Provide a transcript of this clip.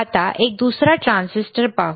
आता दुसरा एक ट्रान्झिस्टर पाहू